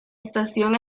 estación